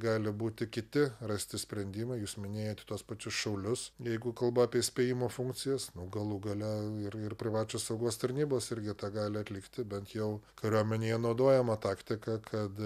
gali būti kiti rasti sprendimai jūs minėjot tuos pačius šaulius jeigu kalba apie spėjimo funkcijas nuo galų gale ir privačios saugos tarnybos irgi tegali atlikti bent jau kariuomenėje naudojama taktika kad